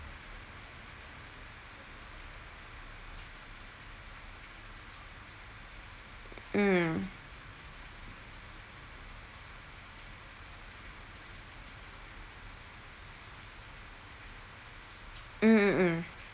mm mm mm mm